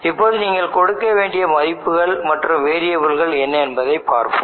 இப்போது நீங்கள் கொடுக்க வேண்டிய மதிப்புகள் மற்றும் வேரியபிள்ஸ் என்ன என்பதை பார்க்க வேண்டும்